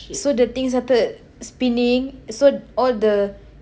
so the thing starting spinning so all the